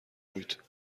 بود